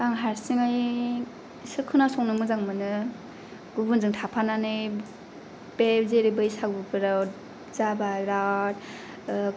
आं हारसिङै सो खोनासंनो मोजां मोनो गुबुनजों थाफानानै बे जेरै बैसागुफोराव जाबा